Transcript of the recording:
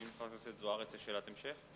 האם לחברת הכנסת זוארץ יש שאלת המשך?